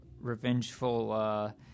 revengeful